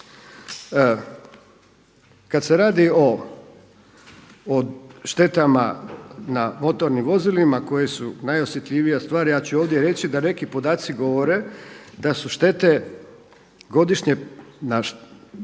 Kada se radi o štetama na motornim vozilima koje su najosjetljivija stvar, ja ću ovdje reći da neki podaci govore da su štete godišnje na